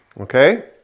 Okay